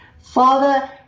father